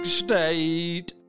state